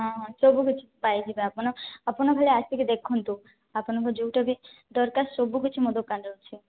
ହଁ ହଁ ସବୁକିଛି ପାଇଯିବେ ଆପଣ ଆପଣ ଖାଲି ଆସିକି ଦେଖନ୍ତୁ ଆପଣଙ୍କ ଯେଉଁଟାବି ଦରକାର ସବୁକିଛି ମୋ ଦୋକାନରେ ଅଛି